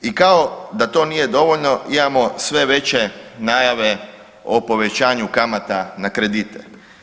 I kao da to nije dovoljno imamo sve veće najave o povećanju kamata na kredite.